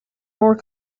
more